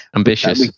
ambitious